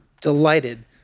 delighted